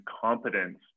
competence